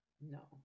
No